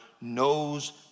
knows